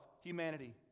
humanity